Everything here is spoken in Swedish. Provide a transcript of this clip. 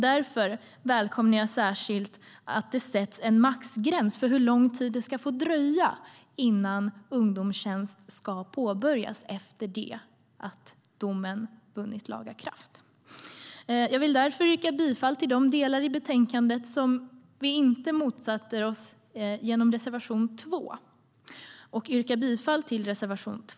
Därför välkomnar jag särskilt att det sätts en maxgräns för hur lång tid det ska få dröja innan ungdomstjänst ska påbörjas efter att domen har vunnit laga kraft. Därför vill jag yrka bifall till de delar i betänkandet som vi inte motsätter oss genom reservation 2 och även yrka bifall till reservation 2.